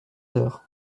heures